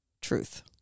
truth